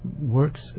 works